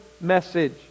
message